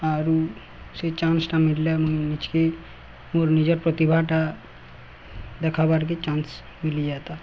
ଆରୁ ସେ ଚାନ୍ସଟା ମିଳିଲେ ମୁଇଁ ନିଜକେ ମୋର ନିଜର ପ୍ରତିଭାଟା ଦେଖାବାର୍କେ ଚାନ୍ସ ମିଲିଯାତା